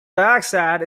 dioxide